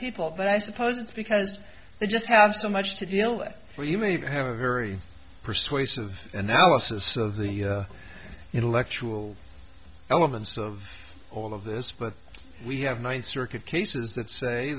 people but i suppose it's because they just have so much to deal with for you me to have a very persuasive analysis of the intellectual elements of all of this but we have ninth circuit cases that